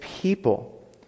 people